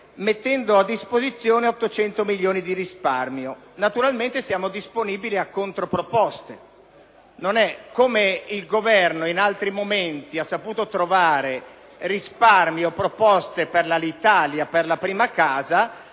mettendo a disposizione 800 milioni di risparmio. Naturalmente siamo disponibili a controproposte. Come il Governo in altri momenti ha saputo trovare risparmi o proposte per l’Alitalia e per la prima casa,